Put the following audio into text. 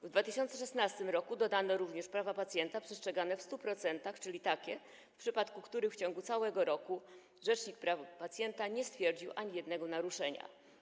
W 2016 r. dodano również prawa pacjenta przestrzegane w 100%, czyli takie, w przypadku których w ciągu całego roku rzecznik praw pacjenta nie stwierdził ani jednego naruszenia.